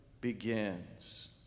begins